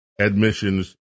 admissions